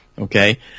Okay